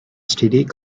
std